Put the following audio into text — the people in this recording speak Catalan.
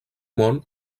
món